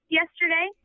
yesterday